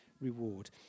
reward